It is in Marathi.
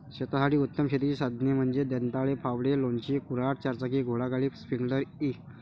शेतासाठी उत्तम शेतीची साधने म्हणजे दंताळे, फावडे, लोणचे, कुऱ्हाड, चारचाकी घोडागाडी, स्प्रिंकलर इ